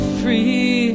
free